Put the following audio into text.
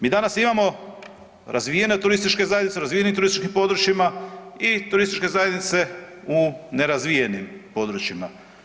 Mi danas imamo razvijene turističke zajednice u razvijenim turističkim područjima i turističke zajednice u nerazvijenim područjima.